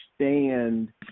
understand